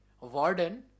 Warden